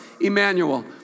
Emmanuel